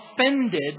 offended